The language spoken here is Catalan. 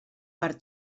per